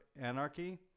Anarchy